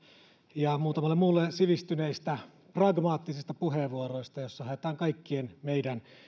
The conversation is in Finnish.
ja muutamalle muulle sivistyneistä pragmaattisista puheenvuoroista joissa haetaan kaikkien meidän